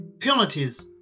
penalties